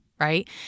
right